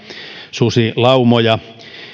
susilaumoja